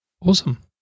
Awesome